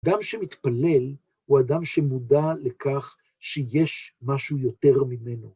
אדם שמתפלל הוא אדם שמודע לכך שיש משהו יותר ממנו.